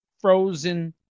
frozen